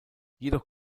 jedoch